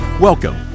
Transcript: Welcome